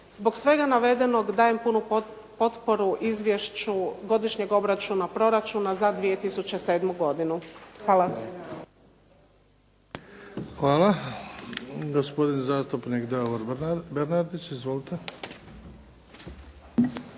Zbog svega navedenog dajem punu potporu izvješću godišnjeg obračuna proračuna za 2007. godinu. Hvala. **Bebić, Luka (HDZ)** Hvala. Gospodin zastupnik Davor Bernardić. Izvolite.